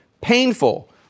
painful